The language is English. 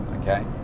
Okay